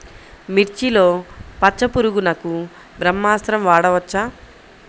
మిర్చిలో పచ్చ పురుగునకు బ్రహ్మాస్త్రం వాడవచ్చా?